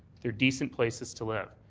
they're decent places to live.